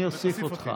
אני אוסיף אותך.